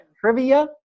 Trivia